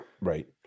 Right